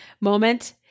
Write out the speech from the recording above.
moment